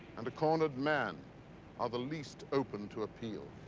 and a cornered man are the least open to appeal.